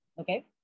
Okay